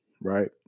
right